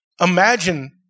imagine